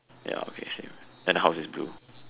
ya okay same that house is blue